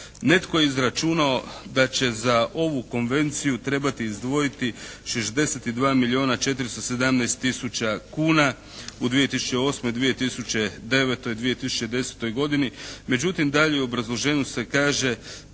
Netko je izračunao da će za ovu Konvenciju trebati izdvojiti 62 milijona 417 tisuća kuna u 2008., 2009., 2010. godini, međutim dalje u obrazloženju se kaže